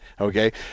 Okay